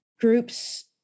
groups